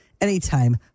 anytime